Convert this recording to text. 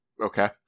okay